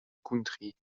country